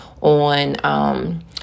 on